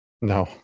no